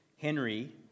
Henry